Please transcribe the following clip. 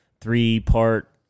three-part